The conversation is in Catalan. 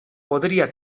podria